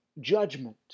judgment